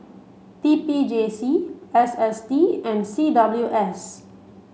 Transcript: T P J C S S T and C W S